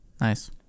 Nice